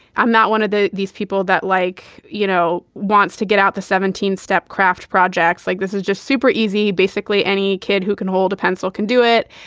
i'm not one of these people that like, you know, wants to get out. the seventeen step craft projects like this is just super easy. basically, any kid who can hold a pencil can do it.